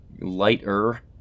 lighter